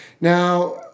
Now